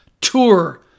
Tour